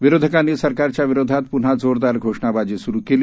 विरोधकांनी सरकारच्या विरोधात पुन्हा जोरदार घोषणाबाजी सुरू केली